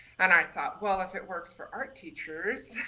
and i thought, well, if it works for art teachers,